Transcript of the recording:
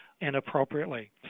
inappropriately